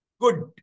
good